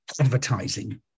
advertising